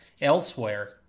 elsewhere